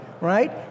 right